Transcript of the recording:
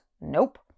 Nope